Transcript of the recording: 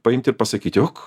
paimt ir pasakyti o ką